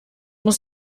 muss